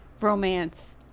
romance